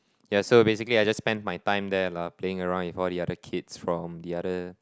ya so basically I just spend my time there lah playing around with all the other kids from the other